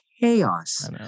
chaos